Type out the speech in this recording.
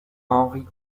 henri